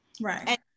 Right